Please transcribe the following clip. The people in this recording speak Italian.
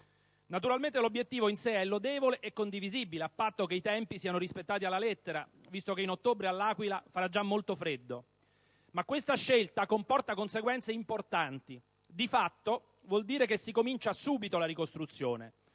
Naturalmente l'obiettivo in sé è lodevole e condivisibile, a patto che i tempi siano rispettati alla lettera, visto che in ottobre all'Aquila farà già molto freddo. Ma questa scelta comporta conseguenze importanti: di fatto, vuol dire che si comincia subito la ricostruzione.